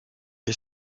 les